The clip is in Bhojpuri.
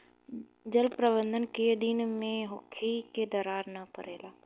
जल प्रबंधन केय दिन में होखे कि दरार न परेला?